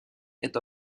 est